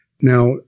Now